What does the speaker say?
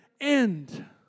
end